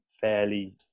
fairly